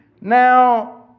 Now